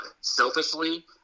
selfishly